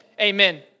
amen